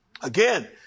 Again